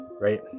right